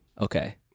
okay